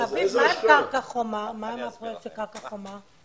מה עם הפרויקט של קרקע חומה?